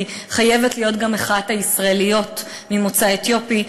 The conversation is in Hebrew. חייבת להיות גם מחאת הישראליות ממוצא אתיופי.